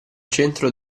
centro